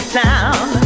town